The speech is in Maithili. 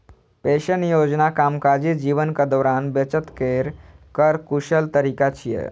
पेशन योजना कामकाजी जीवनक दौरान बचत केर कर कुशल तरीका छियै